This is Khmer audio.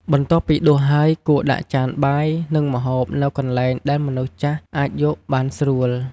បន្ទាប់ពីដួសហើយ គួរដាក់ចានបាយ និងម្ហូបនៅកន្លែងដែលមនុស្សចាស់អាចយកបានស្រួល។